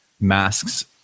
masks